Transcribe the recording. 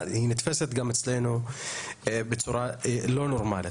היא נתפסת גם אצלנו בצורה לא נורמלית,